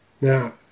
Now